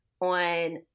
on